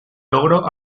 logro